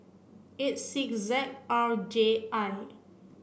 eight six Z R J I